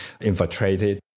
infiltrated